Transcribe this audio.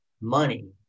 money